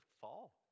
fall